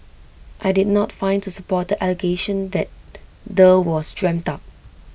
I did not find to support the allegation that the was dreamt up